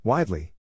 Widely